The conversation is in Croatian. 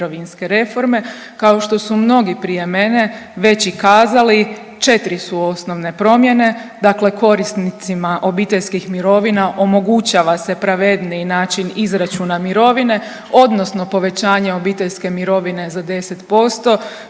kao što su mnogi prije mene već i kazali, 4 su osnovne promjene, dakle korisnicima obiteljskih mirovina omogućava se pravedniji način izračuna mirovine, odnosno povećanje obiteljske mirovine za 10%,